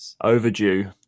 Overdue